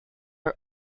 are